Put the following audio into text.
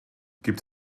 gibt